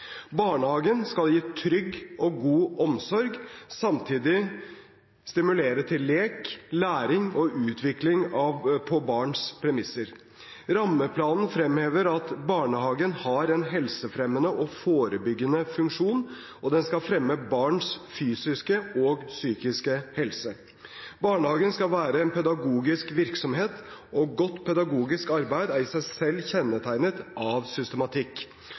Barnehagen skal gi trygg og god omsorg og samtidig stimulere til lek, læring og utvikling på barns premisser. Rammeplanen fremhever at barnehagen har en helsefremmende og forebyggende funksjon, og at den skal fremme barnas fysiske og psykiske helse. Barnehagen skal være en pedagogisk virksomhet, og godt pedagogisk arbeid er i seg selv kjennetegnet av systematikk.